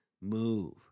move